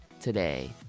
today